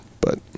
but-